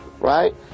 right